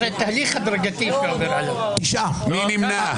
מי נמנע?